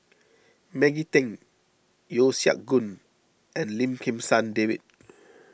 Maggie Teng Yeo Siak Goon and Lim Kim San David